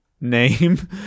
name